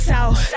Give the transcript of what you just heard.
South